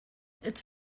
it’s